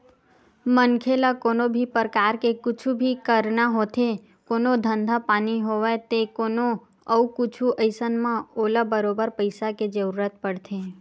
मनखे ल कोनो भी परकार के कुछु भी करना होथे कोनो धंधा पानी होवय ते कोनो अउ कुछु अइसन म ओला बरोबर पइसा के जरुरत पड़थे